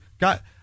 got